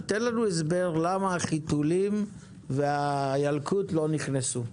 תן לנו הסבר למה החיתולים והילקוט לא נכנסו.